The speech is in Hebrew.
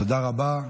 תודה רבה.